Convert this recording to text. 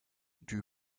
dew